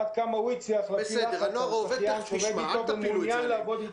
עד כמה הוא הצליח להפעיל לחץ על זכיין שעובד איתו ומעוניין לעבוד איתו?